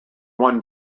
one